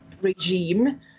regime